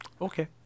Okay